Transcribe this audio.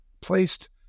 placed